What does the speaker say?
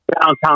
downtown